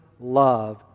love